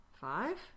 Five